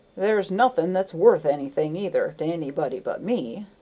there's nothing that's worth anything, either, to anybody but me.